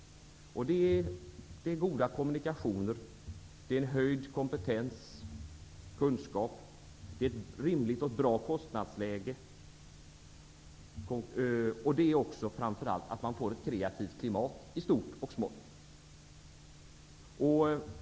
Det gäller goda kommunikationer, höjd kompetens, kunskap, ett rimligt och bra kostnadsläge och det är också framför allt att man i stort och smått får ett kreativt klimat.